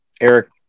Eric